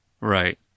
Right